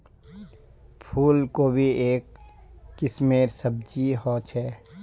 फूल कोबी एक किस्मेर सब्जी ह छे